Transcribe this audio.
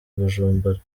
bujumbura